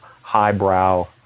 highbrow